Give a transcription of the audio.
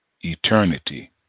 eternity